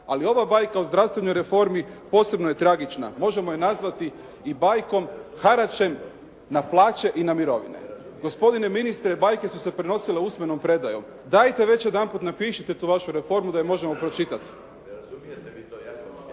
Ali ova bajka o zdravstvenoj reformi, posebno je tragična možemo je nazvati i bajkom haračem na plaće i mirovine. Gospodine ministre bajke su se prenosile usmenom predajom. Dajte već jedanput napišite tu vašu reformu da je možemo pročitati.